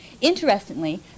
Interestingly